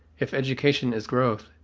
if education is growth,